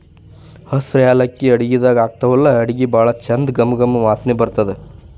ಹಸ್ರ್ ಯಾಲಕ್ಕಿ ಅಡಗಿದಾಗ್ ಹಾಕ್ತಿವಲ್ಲಾ ಅಡಗಿ ಭಾಳ್ ಚಂದ್ ಘಮ ಘಮ ವಾಸನಿ ಬರ್ತದ್